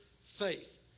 faith